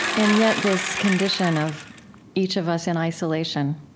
and yet, this condition of each of us in isolation,